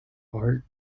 art